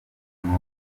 n’ubu